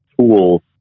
tools